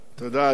אדוני היושב-ראש,